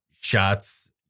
shots